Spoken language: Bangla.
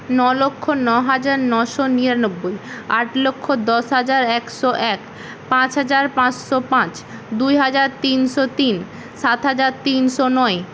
ন লক্ষ্য ন হাজার নশো নিরানব্বই আট লক্ষ্য দশ হাজার একশো এক পাঁচ হাজার পাঁসশো পাঁচ দুই হাজার তিনশো তিন সাত হাজার তিনশো নয়